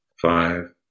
five